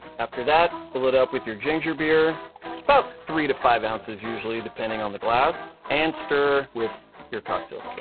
after that, fill it up with your ginger beer. about but three to five ounces usually depending on the glass, and stir with your cocktail stirrer.